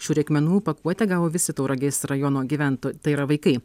šių reikmenų pakuotę gavo visi tauragės rajono gyvento tai yra vaikai